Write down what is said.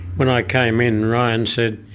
when i came in, ryan said,